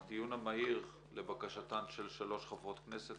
אני פותח את הדיון המהיר לבקשתן של שלוש חברות כנסת,